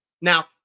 Now